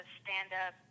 stand-up